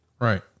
right